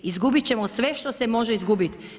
Izgubiti ćemo sve što se može izgubiti.